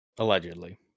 Allegedly